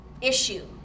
issue